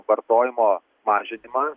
vartojimo mažinimą